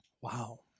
Wow